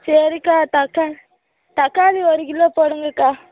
சரிக்கா தக்கா தக்காளி ஒரு கிலோ போடுங்கக்கா